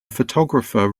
photographer